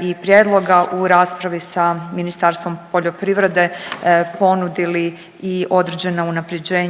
i prijedloga u raspravi sa Ministarstvom poljoprivrede ponudili i određena unapređenja